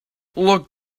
look